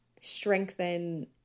strengthen